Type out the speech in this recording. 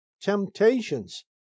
temptations